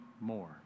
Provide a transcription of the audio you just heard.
more